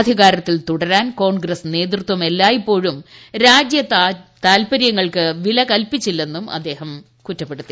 അധികാരത്തിൽ തുടരാൻ കോൺഗ്രസ് നേതൃത്വം എല്ലായിപ്പോഴും രാജ്യതാൽപര്യങ്ങൾക്ക് വില കൽപിച്ചില്ലെന്നും അദ്ദേഹം കുറ്റപ്പെടുത്തി